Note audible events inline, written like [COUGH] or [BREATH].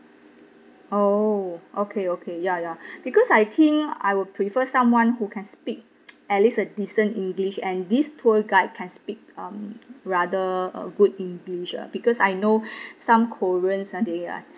oh okay okay ya ya [BREATH] because I think I will prefer someone who can speak [NOISE] at least a decent english and this tour guide can speak um rather a good english uh because I know [BREATH] some koreans ah they are